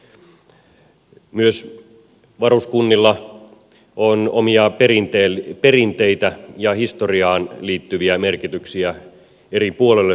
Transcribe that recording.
myös varuskunnilla on omia perinteitä ja historiaan liittyviä merkityksiä eri puolilla suomea